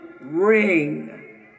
ring